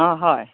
অ' হয়